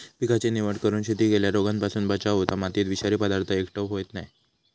पिकाची निवड करून शेती केल्यार रोगांपासून बचाव होता, मातयेत विषारी पदार्थ एकटय होयत नाय